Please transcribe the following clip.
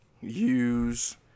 Use